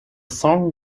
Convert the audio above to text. song